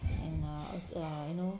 and err also err you know